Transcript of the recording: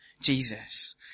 Jesus